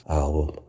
album